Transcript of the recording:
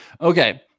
Okay